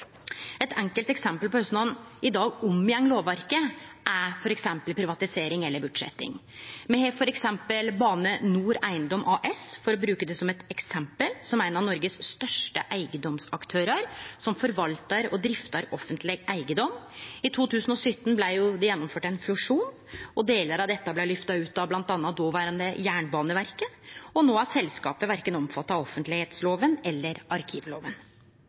Eit enkelt eksempel på korleis ein i dag omgår lovverket, er privatisering eller bortsetjing. Me har f.eks. Bane NOR Eiendom AS, for å bruke det som eksempel, som er ein av Noregs største eigedomsaktørar, som forvaltar og driftar offentleg eigedom. I 2017 blei det gjennomført ein fusjon, og delar av dette blei løfta ut frå bl.a. det dåverande Jernbaneverket. No er selskapet ikkje omfatta av verken offentleglova eller